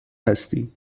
هستی